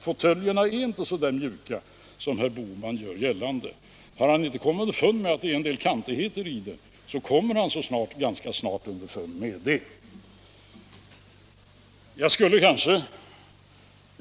Fåtöljerna är inte så mjuka som herr Bohman gör gällande. Om han ännu inte har kommit underfund med att det är en hel del kantigheter i dem, så kommer han ganska snart att göra det. Herr talman!